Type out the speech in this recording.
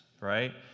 right